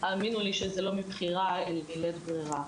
האמינו לי שזה לא מבחירה אלא מלית ברירה.